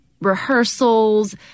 rehearsals